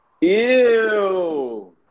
Ew